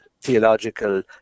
theological